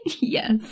Yes